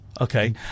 Okay